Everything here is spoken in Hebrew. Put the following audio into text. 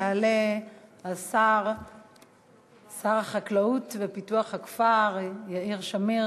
יעלה שר החקלאות ופיתוח הכפר יאיר שמיר,